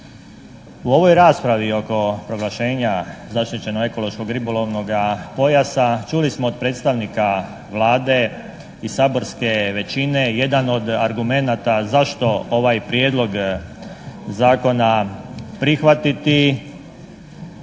U ovoj raspravi oko proglašenja zaštićenog ekološkog ribolovnoga pojasa čuli smo od predstavnika Vlade i saborske većine jedan od argumenata zašto ovaj prijedlog zakona prihvatiti,